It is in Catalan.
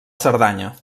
cerdanya